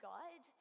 God